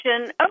Okay